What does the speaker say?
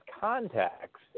contacts